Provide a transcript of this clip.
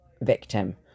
victim